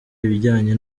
ibijyanye